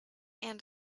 and